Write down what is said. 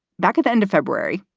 back at the end of february,